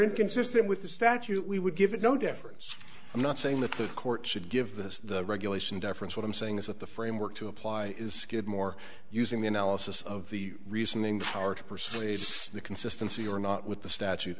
inconsistent with the statute we would give it no difference i'm not saying that the court should give the regulation deference what i'm saying is that the framework to apply is skidmore using the analysis of the reasoning power to persuade the consistency or not with the statu